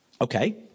Okay